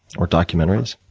or documentaries?